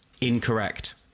Incorrect